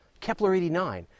Kepler-89